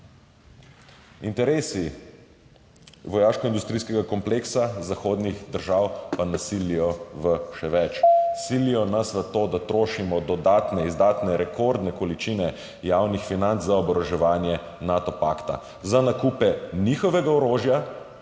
Interesi vojaškoindustrijskega kompleksa zahodnih držav pa nas silijo v še več, silijo nas v to, da trošimo dodatne izdatne, rekordne količine javnih financ za oboroževanje Nato pakta za nakupe njihovega orožja,